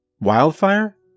Wildfire